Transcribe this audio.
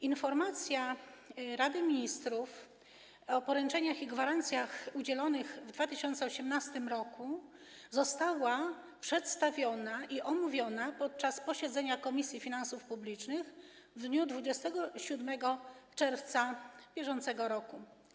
Informacja Rady Ministrów o poręczeniach i gwarancjach udzielonych w 2018 r. została przedstawiona i omówiona podczas posiedzenia Komisji Finansów Publicznych w dniu 27 czerwca br.